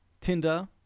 Tinder